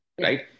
right